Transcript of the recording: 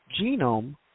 genome